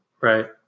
Right